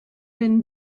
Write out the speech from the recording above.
been